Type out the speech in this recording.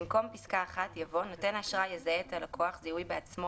במקום פסקה (1) יבוא: "(1) נותן האשראי יזהה את הלקוח זיהוי בעצמו